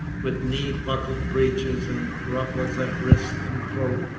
with knee-buckled breeches and ruffles at wrist and throat,